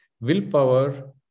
willpower